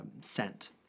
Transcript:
scent